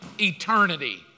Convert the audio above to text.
eternity